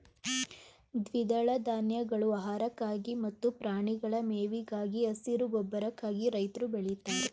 ದ್ವಿದಳ ಧಾನ್ಯಗಳು ಆಹಾರಕ್ಕಾಗಿ ಮತ್ತು ಪ್ರಾಣಿಗಳ ಮೇವಿಗಾಗಿ, ಹಸಿರು ಗೊಬ್ಬರಕ್ಕಾಗಿ ರೈತ್ರು ಬೆಳಿತಾರೆ